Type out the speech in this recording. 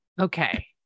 okay